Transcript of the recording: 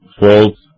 false